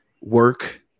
work